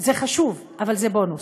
זה חשוב, אבל זה בונוס.